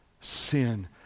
sin